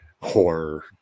horror